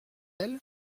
elle